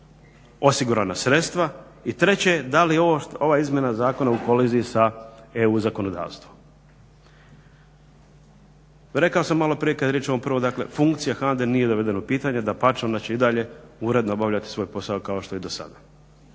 osigurana sredstva i treće, da li je ova izmjena zakona u koliziji sa EU zakonodavstvom. Rekao sam maloprije kad je riječ o ovom prvom, dakle funkcija HANDA-e nije dovedena u pitanje, dapače ona će i dalje uredno obavljati svoj posao kao što je i do sada.